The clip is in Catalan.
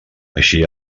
així